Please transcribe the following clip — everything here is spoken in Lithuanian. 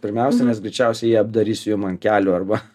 pirmiausia nes greičiausiai jie darys jum ant kelių arba